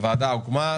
הוועדה הוקמה.